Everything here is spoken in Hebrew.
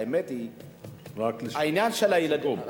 רק לסיכום.